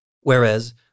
Whereas